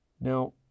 Now